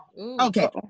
Okay